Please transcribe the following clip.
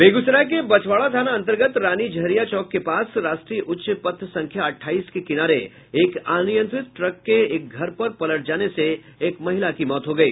बेगूसराय के बछवाड़ा थाना अंतर्गत रानी झड़िया चौक के पास राष्ट्रीय उच्च पथ संख्या अठाईस के किनारे एक अनियंत्रित ट्रक के एक घर पर पलट जाने से एक महिला की मौत हो गई